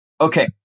Okay